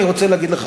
אני רוצה להגיד לך,